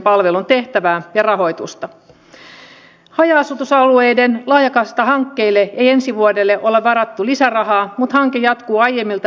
direktiiviin tulisi saada kansallinen poikkeamismahdollisuus jäsenvaltion kansallisen turvallisuuden ylläpitoon liittyvän ampuma asetoiminnan kuten reserviläistoiminnan mahdollistamiseksi